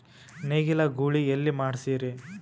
ನೇಗಿಲ ಗೂಳಿ ಎಲ್ಲಿ ಮಾಡಸೀರಿ?